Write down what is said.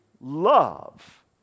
love